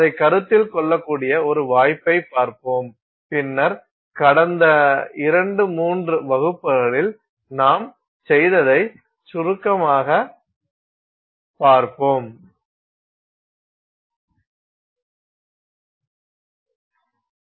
அதைக் கருத்தில் கொள்ளக்கூடிய ஒரு வாய்ப்பைப் பார்ப்போம் பின்னர் கடந்த இரண்டு மூன்று வகுப்புகளில் நாம் செய்ததைச் சுருக்கமாகக் பார்ப்போம்